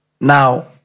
Now